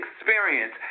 experience